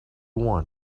want